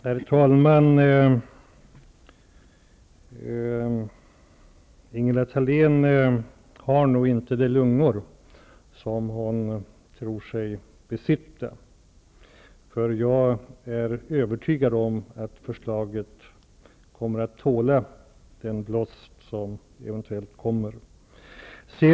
Herr talman! Ingela Thalén har nog inte de lungor som hon tror sig besitta. Jag är övertygad om att förslaget kommer att tåla den blåst som eventuellt kommer.